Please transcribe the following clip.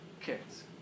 kids